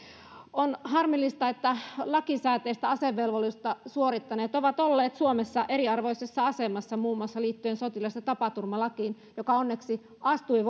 on harmillista että lakisääteistä asevelvollisuutta suorittaneet ovat olleet suomessa eriarvoisessa asemassa muun muassa liittyen sotilastapaturmalakiin joka onneksi astui